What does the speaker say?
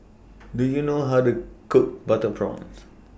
Do YOU know How to Cook Butter Prawns